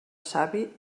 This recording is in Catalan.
savi